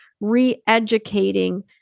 re-educating